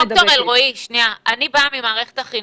ד"ר אלרעי, שנייה, אני באה ממערכת החינוך.